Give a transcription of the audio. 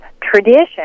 tradition